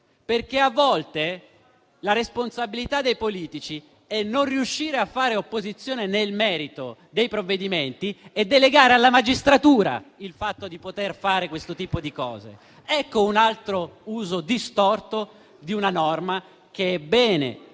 A volte la responsabilità dei politici è non riuscire a fare opposizione nel merito dei provvedimenti e delegare alla magistratura la possibilità di fare questo tipo di atti. Ecco un altro uso distorto di una norma che è bene cancellare